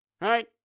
Right